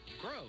grow